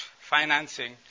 financing